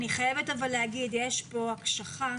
אני חייבת לומר שיש כאן הקשחה